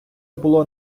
було